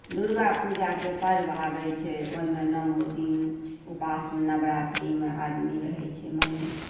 दुर्गा पूजाके पर्व आबै छै ओहिमे नओ दिन उपासमे नवरात्रीमे आदमी रहै छै